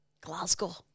Glasgow